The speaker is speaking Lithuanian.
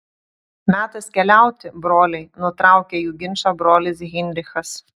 metas keliauti broliai nutraukė jų ginčą brolis heinrichas